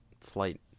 Flight